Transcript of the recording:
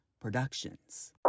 Productions